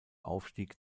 aufstieg